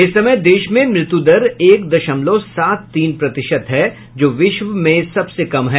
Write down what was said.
इस समय देश में मृत्यु दर एक दशमलव सात तीन प्रतिशत है जो विश्व में सबसे कम है